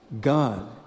God